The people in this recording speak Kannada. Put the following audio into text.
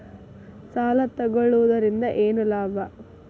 ಸಾಲ ತಗೊಳ್ಳುವುದರಿಂದ ಏನ್ ಲಾಭ?